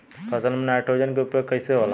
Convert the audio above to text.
फसल में नाइट्रोजन के उपयोग कइसे होला?